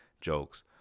jokes